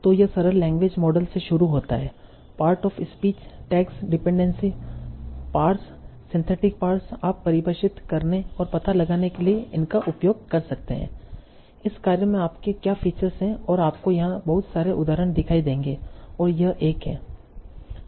तो यह सरल लैंग्वेज मॉडल से शुरू होता है part of speech tags dependency parse synthetic parse आप परिभाषित करने और पता लगाने के लिए इनका उपयोग कर सकते हैं इस कार्य में आपके क्या फीचर्स हैं और आपको यहां बहुत सारे उदाहरण दिखाई देंगे और यह एक है